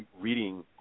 reading